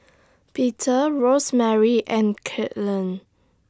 Peter Rosemary and Kadyn